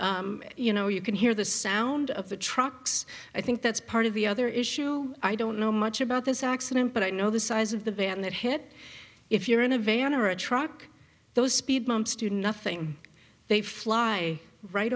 ump you know you can hear the sound of the trucks i think that's part of the other issue i don't know much about this accident but i know the size of the band that hit if you're in a van or a truck those speed bumps student nothing they fly right